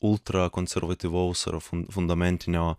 ultrakonservatyvaus ar fun fundamentinio